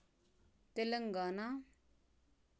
Telangana